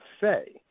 say